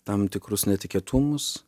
tam tikrus netikėtumus